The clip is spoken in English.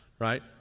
Right